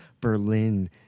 Berlin